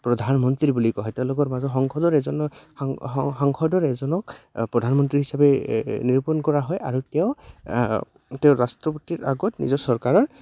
প্ৰধানমন্ত্ৰী বুলি কোৱা হয় তেওঁলোকৰ মাজৰ সংসদৰ এজনৰ সাং সংসদৰ এজনক প্ৰধানমন্ত্ৰী হিচাপে নিৰূপণ কৰা হয় আৰু তেওঁ তেওঁ ৰাষ্ট্ৰপতিৰ আগত নিজৰ চৰকাৰৰ